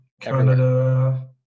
Canada